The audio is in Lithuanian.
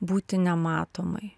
būti nematomai